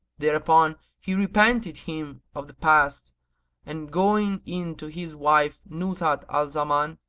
thereupon he repented him of the past and going in to his wife nuzhat al-zaman,